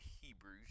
Hebrews